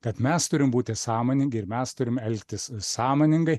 kad mes turim būti sąmoningi ir mes turim elgtis sąmoningai